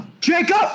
Jacob